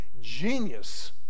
genius